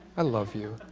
i love you.